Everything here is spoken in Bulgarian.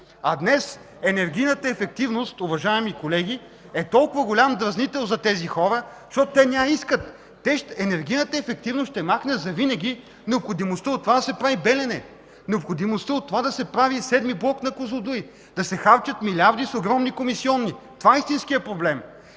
А днес енергийната ефективност, уважаеми колеги, е толкова голям дразнител за тези хора, защото те не я искат. Енергийната ефективност ще махне завинаги необходимостта от това да се прави „Белене”, необходимостта от това да се прави VІІ блок на „Козлодуй”, да се харчат милиарди с огромни комисиони – това е истинският проблем.